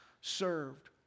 served